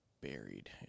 buried